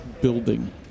building